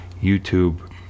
YouTube